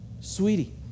sweetie